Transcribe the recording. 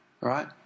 right